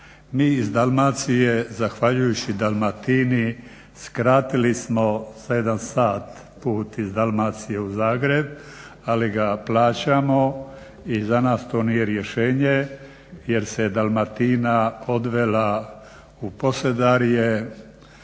Mi iz Dalmacije zahvaljujući Dalmatini skratili smo za 1 sat put iz Dalmacije u Zagreb ali ga plaćamo i za nas to nije rješenje jer se Dalmatina odvela u Posedarje